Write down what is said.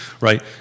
right